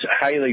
highly